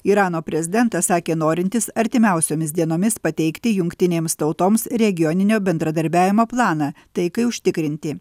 irano prezidentas sakė norintis artimiausiomis dienomis pateikti jungtinėms tautoms regioninio bendradarbiavimo planą taikai užtikrinti